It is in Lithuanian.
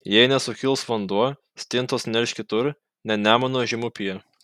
jei nesukils vanduo stintos nerš kitur ne nemuno žemupyje